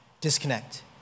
disconnect